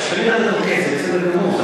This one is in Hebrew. תמיד אתה תוקף, זה בסדר גמור.